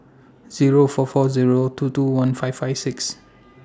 Zero four four Zero two two one five five six